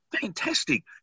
Fantastic